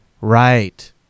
Right